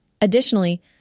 Additionally